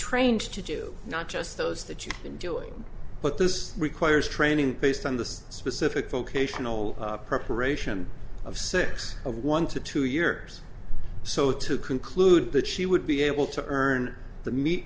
trained to do not just those that you enjoy but this requires training based on the specific vocational preparation of six of one to two years so to conclude that she would be able to earn the me